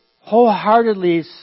wholeheartedly